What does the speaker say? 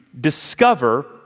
discover